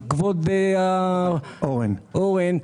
כבוד אורן,